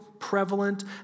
prevalent